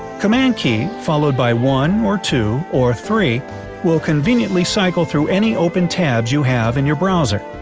command key followed by one, or two, or three will conveniently cycle through any open tabs you have in your browser.